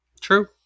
True